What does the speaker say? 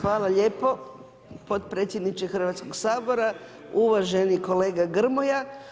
Hvala lijepo potpredsjedniče Hrvatskog sabora, uvaženi kolega Grmoja.